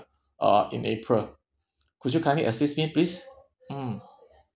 uh in april could you kindly assist me please mm